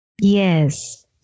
Yes